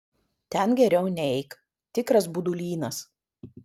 ten geriau neik tikras budulynas